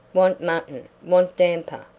want mutton, want damper,